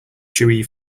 chewy